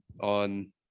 on